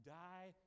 die